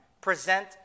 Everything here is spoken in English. present